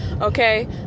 okay